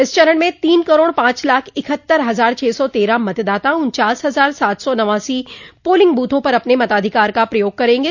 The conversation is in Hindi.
इस चरण में तीन करोड़ पॉच लाख इकहत्तर हजार छः सौ तेरह मतदाता उन्चास हजार सात सौ नवासी पोलिंग बूथों पर अपने मताधिकार का प्रयोग करेंगे